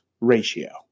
ratio